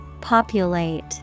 Populate